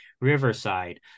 Riverside